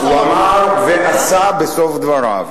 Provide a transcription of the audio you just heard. הוא אמר ועשה בסוף דבריו.